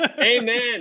Amen